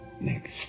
next